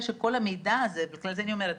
לכן אני אומרת,